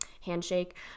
handshake